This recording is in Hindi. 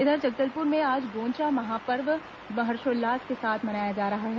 इधर जगलदपुर में आज गोंचा महापर्व हर्षोल्लास के साथ मनाया जा रहा है